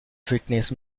fitness